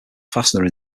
fastener